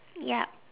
ya